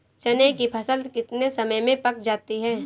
चने की फसल कितने समय में पक जाती है?